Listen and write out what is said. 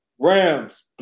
Rams